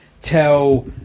Tell